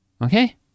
Okay? (